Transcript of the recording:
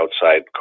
outside